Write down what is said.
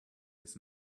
his